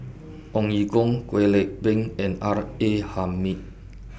Ong Ye Kung Kwek Leng Beng and R A Hamid